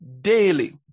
Daily